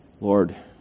Lord